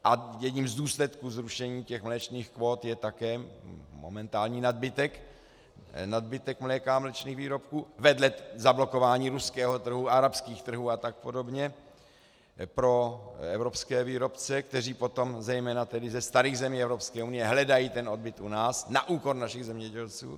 A jedním z důsledků zrušení mléčných kvót je také momentální nadbytek mléka a mléčných výrobků, vedle zablokování ruského trhu, arabských trhů a tak podobně pro evropské výrobce, kteří potom zejména ze starých zemí Evropské unie hledají odbyt u nás na úkor našich zemědělců.